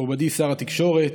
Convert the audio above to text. מכובדי שר התקשורת,